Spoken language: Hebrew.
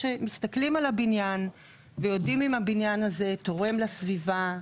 שמתסכלים על הבניין ויודעים אם הבניין הזה תורם לסביבה,